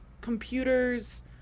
computers